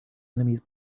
enemies